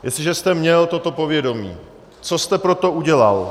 Jestliže jste měl toto povědomí, co jste pro to udělal?